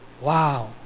Wow